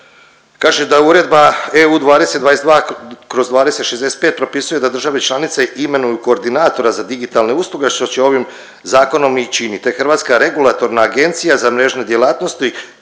Kaže da Uredba EU 2022/2065 propisuje da države članice imenuju koordinatora za digitalne usluge što se ovim zakonom i čini, te Hrvatska regulatorna agencija za mrežne djelatnosti